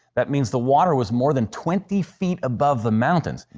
that means the water was more than twenty feet above the mountains.